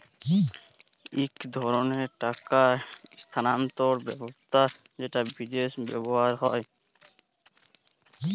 ইক ধরলের টাকা ইস্থালাল্তর ব্যবস্থা যেট বিদেশে ব্যাভার হ্যয়